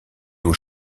aux